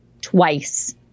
twice